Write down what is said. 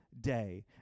Day